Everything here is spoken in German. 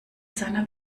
seiner